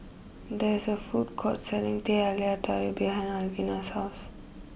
there is a food court selling Teh Halia Tarik behind Alvina's house